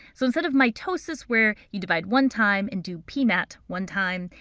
so instead of mitosis where you divide one time and do pmat one time,